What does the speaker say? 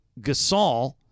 Gasol